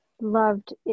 loved